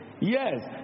Yes